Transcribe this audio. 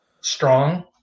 strong